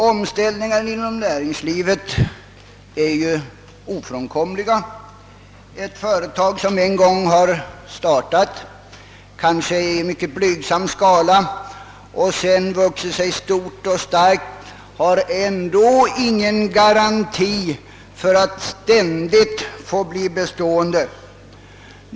Omställningar inom näringslivet är ofrånkomliga. Ett företag som en gång startat kanske i mycket blygsam skala och sedan vuxit sig stort och starkt har ändå ingen garanti för att få bli bestående.